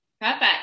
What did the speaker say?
perfect